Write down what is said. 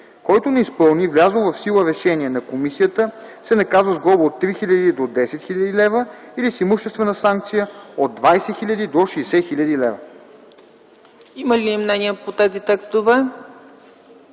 Който не изпълни влязло в сила решение на комисията се наказва с глоба от 3000 до 10 000 лв. или с имуществена санкция от 20 000 до 60 000 лв.”